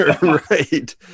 Right